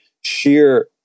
sheer